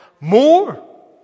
more